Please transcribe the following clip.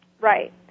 Right